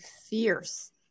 fierce